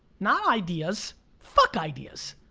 not ideas fuck ideas.